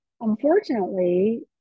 unfortunately